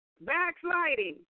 Backsliding